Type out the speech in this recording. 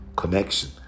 connection